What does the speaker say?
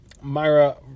Myra